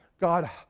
God